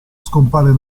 scompare